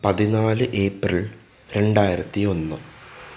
പതിനാല് ഏപ്രിൽ രണ്ടായിരത്തി ഒന്ന്